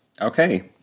Okay